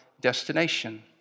destination